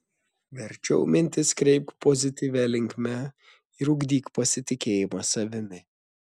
verčiau mintis kreipk pozityvia linkme ir ugdyk pasitikėjimą savimi